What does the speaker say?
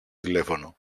τηλέφωνο